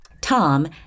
Tom